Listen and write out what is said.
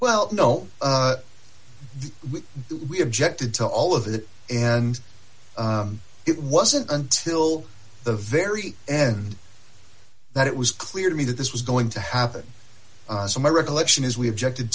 well you know we objected to all of that and it wasn't until the very end that it was clear to me that this was going to happen so my recollection is we objected